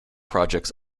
projects